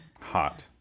hot